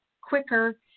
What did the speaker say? quicker